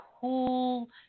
cool